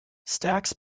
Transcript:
stax